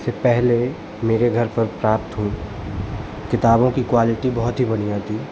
से पहले मेरे घर पर प्राप्त हुई किताबों की क्वालिटी बहुत ही बढ़िया थी